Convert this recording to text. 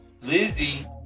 Lizzie